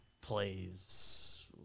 plays